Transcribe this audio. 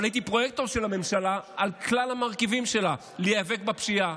אבל הייתי פרויקטור של הממשלה על כלל המרכיבים שלה כדי להיאבק בפשיעה.